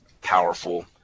powerful